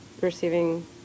receiving